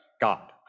God